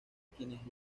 quienes